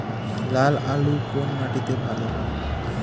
লাল আলু কোন মাটিতে ভালো হয়?